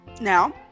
Now